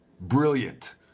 brilliant